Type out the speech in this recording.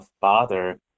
father